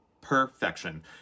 perfection